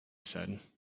said